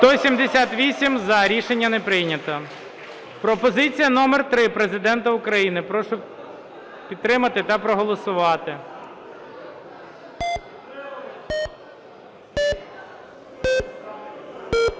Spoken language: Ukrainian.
За-178 Рішення не прийнято. Пропозиція номер три Президента України. Прошу підтримати та проголосувати.